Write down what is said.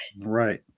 right